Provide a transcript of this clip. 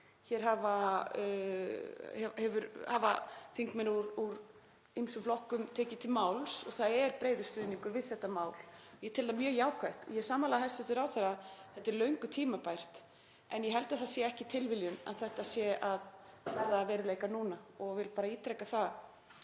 Hér hafa þingmenn úr ýmsum flokkum tekið til máls og það er breiður stuðningur við þetta mál. Ég tel það mjög jákvætt. Ég er sammála hæstv. ráðherra, þetta er löngu tímabært en ég held að það sé ekki tilviljun að þetta sé að verða að veruleika núna og vil ítreka að